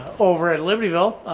over at libertyville.